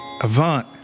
Avant